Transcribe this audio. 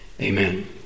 Amen